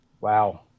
Wow